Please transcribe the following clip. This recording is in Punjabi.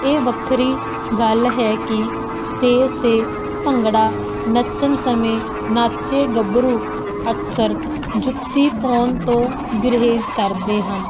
ਇਹ ਵੱਖਰੀ ਗੱਲ ਹੈ ਕਿ ਸਟੇਜ਼ 'ਤੇ ਭੰਗੜਾ ਨੱਚਣ ਸਮੇਂ ਨੱਚਦੇ ਗੱਭਰੂ ਅਕਸਰ ਜੁੱਤੀ ਪਾਉਣ ਤੋਂ ਗੁਰੇਜ਼ ਕਰਦੇ ਹਨ